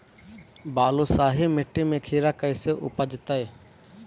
बालुसाहि मट्टी में खिरा कैसे उपजतै?